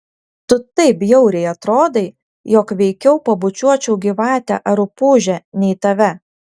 tu taip bjauriai atrodai jog veikiau pabučiuočiau gyvatę ar rupūžę nei tave